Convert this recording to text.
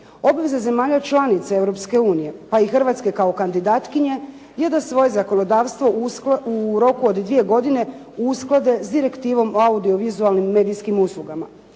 Obveze zemalja članica Europske unije, pa i Hrvatske kao kandidatkinje je da svoje zakonodavstvo u roku od dvije godine usklade s Direktivom o audio-vizualnim medijskim uslugama.